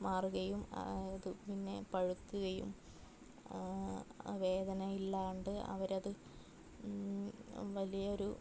മാറുകയും അത് പിന്നെ പഴുക്കുകയും വേദനയില്ലാണ്ട് അവരത് വലിയൊരു